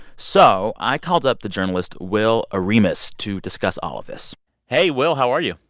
so i called up the journalist will oremus to discuss all of this hey, will. how are you?